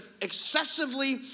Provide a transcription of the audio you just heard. excessively